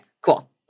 cool